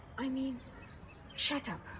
i mean shut up.